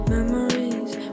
Memories